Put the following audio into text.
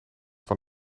van